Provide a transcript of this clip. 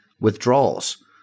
withdrawals